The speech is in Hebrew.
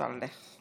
כבוד היושבת-ראש,